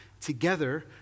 together